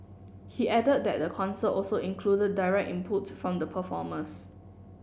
he added that the concert also included direct inputs from the performers